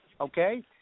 Okay